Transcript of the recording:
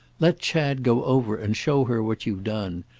let chad go over and show her what you've done,